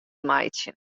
meitsje